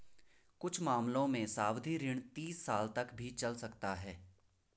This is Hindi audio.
कुछ मामलों में सावधि ऋण तीस साल तक भी चल सकता है